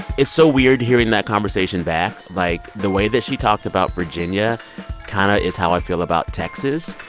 it's so weird hearing that conversation back. like, the way that she talked about virginia kind of is how i feel about texas.